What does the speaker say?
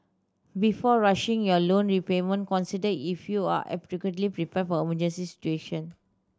before rushing your loan repayment consider if you are adequately prepared for emergency situation